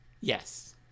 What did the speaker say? Yes